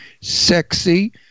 sexy